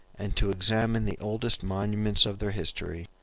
and to examine the oldest monuments of their history,